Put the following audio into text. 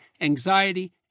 anxiety